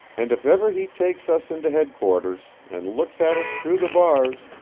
and if ever he takes us in to headquarters, and looks at us through the bars,